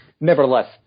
Nevertheless